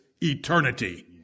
eternity